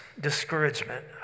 Discouragement